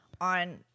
on